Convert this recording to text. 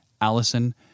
Allison